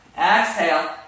exhale